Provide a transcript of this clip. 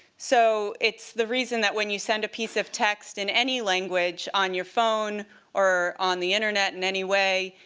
so it's the reason that when you send a piece of text in any language on your phone or on the internet in any way,